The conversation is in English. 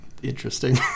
Interesting